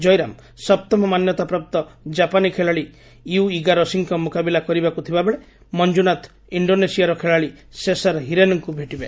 ଜୟରାମ ସପ୍ତମ ମାନ୍ୟତାପ୍ରାପ୍ତ ଜାପାନୀ ଖେଳାଳି ୟୁ ଇଗା ରସିଙ୍କ ମୁକାବିଲା କରିବାକୁ ଥିବାବେଳେ ମଞ୍ଜୁନାଥ୍ ଇଣ୍ଡୋନେସିଆର ଖେଳାଳି ସେସାର୍ ହିରେନ୍ଙ୍କୁ ଭେଟିବେ